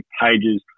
pages